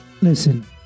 Listen